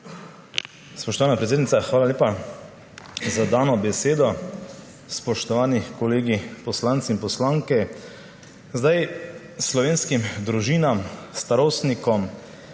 Spoštovana predsednica, hvala lepa za dano besedo. Spoštovani kolegi poslanci in poslanke! Slovenskim družinam, starostnikom